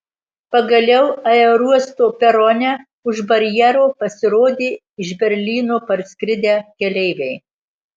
pagaliau aerouosto perone už barjero pasirodė iš berlyno parskridę keleiviai